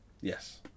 Yes